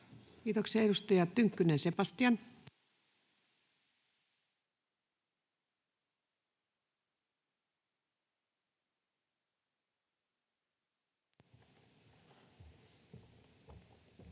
Kiitoksia. — Edustaja Tynkkynen, Sebastian. [Speech